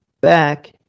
back